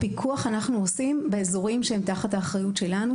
אנחנו מפקחים באזורים שהם תחת האחריות שלנו,